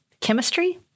chemistry